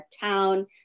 town